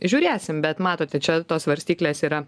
žiūrėsim bet matote čia tos svarstyklės yra